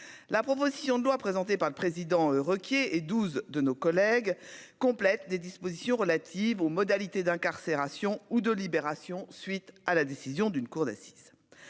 la proposition de loi présentée par le président, Ruquier et 12 de nos collègues complète des dispositions relatives aux modalités d'incarcération ou de libération, suite à la décision d'une cour d'assises,